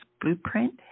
blueprint